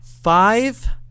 five